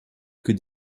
que